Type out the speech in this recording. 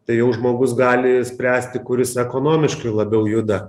tai jau žmogus gali spręsti kuris ekonomiškai labiau juda